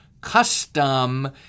custom